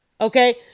okay